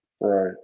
Right